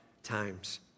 times